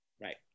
Right